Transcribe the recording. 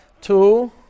two